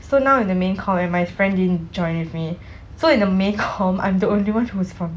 so now I'm in the main comm and my friend didn't join with me so in the main comm I'm the only one who's from